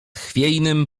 chwiejnym